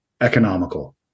economical